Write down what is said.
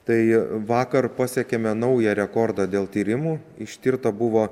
tai vakar pasiekėme naują rekordą dėl tyrimų ištirta buvo